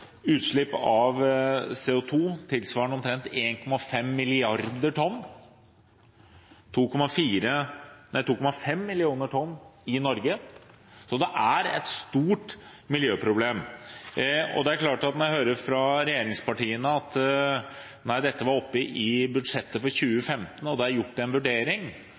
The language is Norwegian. utslipp av CO2 tilsvarende omtrent 1,5 milliarder tonn – 2,5 millioner tonn i Norge – så det er et stort miljøproblem. Det er klart at når jeg hører fra regjeringspartiene at nei, dette var oppe i budsjettet for 2015 og det er gjort en vurdering,